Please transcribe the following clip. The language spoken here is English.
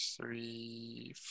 three